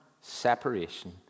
separation